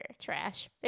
Trash